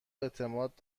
اعتماد